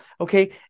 okay